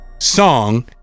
song